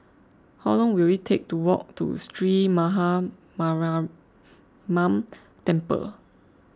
how long will it take to walk to Sree Maha Mariamman Temple